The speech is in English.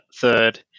third